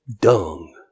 Dung